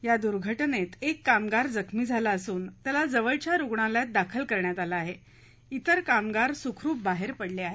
या दुर्घटनेत एक कामगार जखमी झाला असून त्याला जवळच्या रुग्णलयात दाखल करण्यात आलं आहे तिर कामगार सुखरूप बाहेर पडले आहेत